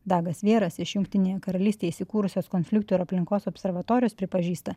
dagas vieras iš jungtinėje karalystėje įsikūrusios konfliktų ir aplinkos observatorijos pripažįsta